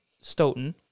Stoughton